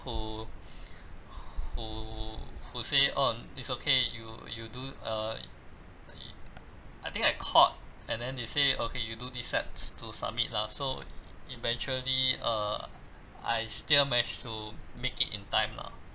who who who say oh it's okay you you do uh I think I called and then they say okay you do these steps to submit lah so eventually uh I still managed to make it in time lah